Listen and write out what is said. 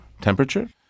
Temperature